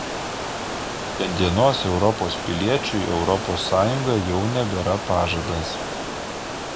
šiandienos europos piliečiui europos sąjunga jau nebėra pažadas